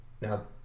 now